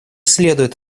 следует